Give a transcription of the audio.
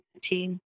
team